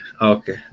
okay